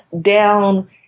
down